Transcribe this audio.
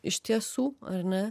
iš tiesų ar ne